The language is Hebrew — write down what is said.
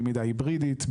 למידה היברידית,